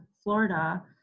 Florida